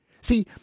See